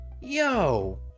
Yo